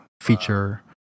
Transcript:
feature